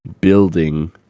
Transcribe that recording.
building